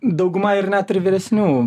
dauguma ir net ir vyresnių